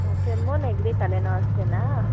ಹಾಂ ಕೆಮ್ಮು ನೆಗಡಿ ತಲೆನೋವು ಅಷ್ಟೇನಾ